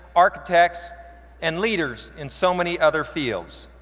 architects and leaders in so many other fields,